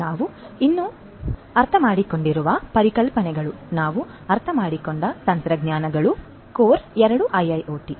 ನಾವು ಇನ್ನೂ ಸಾಲ ಪಡೆಯಲಿದ್ದೇವೆ ನಾವು ಅರ್ಥಮಾಡಿಕೊಂಡಿರುವ ಪರಿಕಲ್ಪನೆಗಳು ನಾವು ಅರ್ಥಮಾಡಿಕೊಂಡ ತಂತ್ರಜ್ಞಾನಗಳು ಕೋರ್ ಎರಡು ಐಐಟಿ